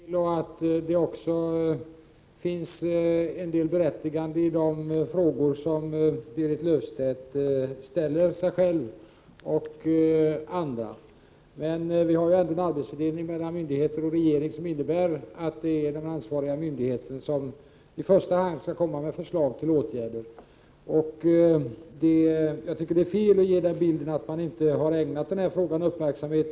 Fru talman! Det är klart att socialministern kan ha en hel del tankar om detta för egen del och att det också finns en del berättigande i de frågor som Berit Löfstedt ställer till sig själv och andra. Men vi har ju en arbetsfördelning mellan myndigheter och regeringen, som innebär att det är den ansvariga myndigheten som i första hand skall komma med förslag till åtgärder. Jag tycker att det är felaktigt att ge en bild av att man inte har ägnat den här frågan tillräcklig uppmärksamhet.